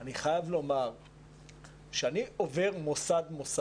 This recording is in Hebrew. אני חייב לומר שכאשר אני עובר מוסד-מוסד,